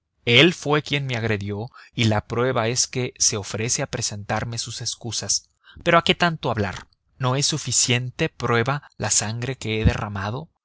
él fue quien me agredió y la prueba es que se ofrece a presentarme sus excusas pero a qué tanto hablar no es suficiente prueba la sangre que he derramado